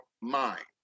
mind